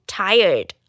tired